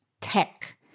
tech